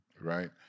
right